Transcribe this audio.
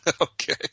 Okay